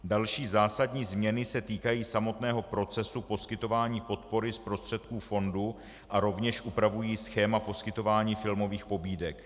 Další zásadní změny se týkají samotného procesu poskytování podpory z prostředků fondu a rovněž upravují schéma poskytování filmových pobídek.